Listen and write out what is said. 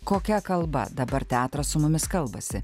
kokia kalba dabar teatras su mumis kalbasi